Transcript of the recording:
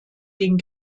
den